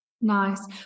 Nice